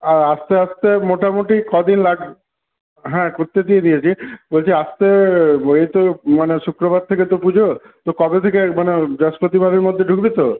আর আসতে আসতে মোটামুটি কদিন লাগবে হ্যাঁ করতে দিয়ে দিয়েছি বলছি আসতে ওই তো মানে শুক্রবার থেকে তো পুজো তো কবে থেকে মানে বৃহস্পতিবারের মধ্যে ঢুকবি তো